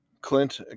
Clint